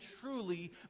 truly